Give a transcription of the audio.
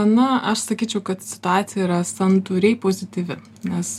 na aš sakyčiau kad situacija yra santūriai pozityvi nes